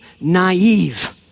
naive